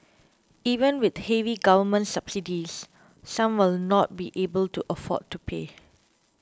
even with heavy government subsidies some will not be able to afford to pay